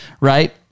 right